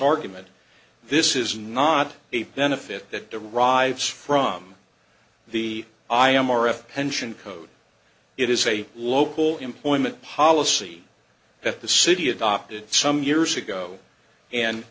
argument this is not a benefit that derives from the i m r of pension code it is a local employment policy that the city adopted some years ago and